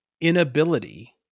inability